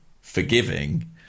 forgiving